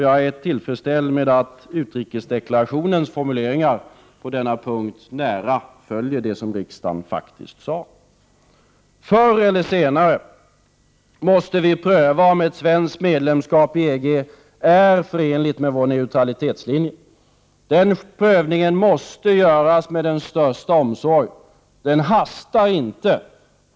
Jag är dock tilfredsställd med att utrikesdeklarationens formuleringar på denna punkt nära följer det som riksdagen faktiskt sade. Förr eller senare måste vi pröva om ett svenskt medlemskap i EG är förenligt med vår neutralitetslinje. Den prövningen måste göras med största omsorg. Den hastar inte.